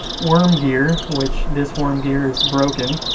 worm gear, which this worm gear is broken.